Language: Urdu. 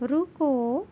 رکو